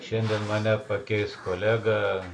šiandien mane pakeis kolega